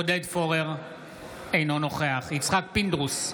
אינו נוכח יצחק פינדרוס,